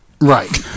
Right